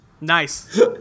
Nice